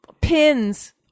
pins